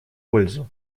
пользу